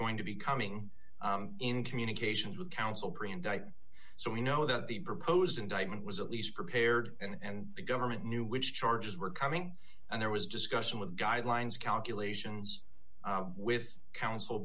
going to be coming in communications with counsel present i so we know that the proposed indictment was at least prepared and the government knew which charges were coming and there was discussion with guidelines calculations with coun